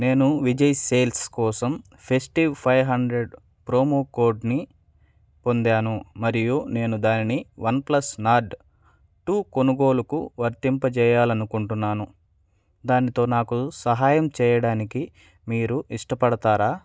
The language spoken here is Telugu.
నేను విజయ్ సేల్స్ కోసం ఫెస్టివ్ ఫైవ్ హండ్రెడ్ ప్రోమో కోడ్ని పొందాను మరియు నేను దానిని వన్ ప్లస్ నార్డ్ టూ కొనుగోలుకు వర్తింపజేయాలనుకుంటున్నాను దానితో నాకు సహాయం చెయ్యడానికి మీరు ఇష్టపడతారా